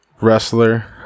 wrestler